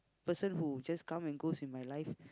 person who just come and goes in my life